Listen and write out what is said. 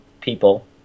people